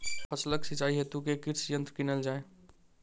फसलक सिंचाई हेतु केँ कृषि यंत्र कीनल जाए?